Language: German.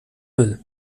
will